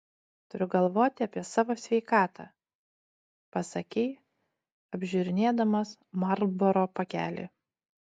turiu galvoti apie savo sveikatą pasakei apžiūrinėdamas marlboro pakelį